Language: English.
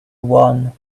one